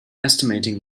estimating